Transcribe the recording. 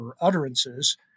utterances